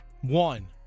One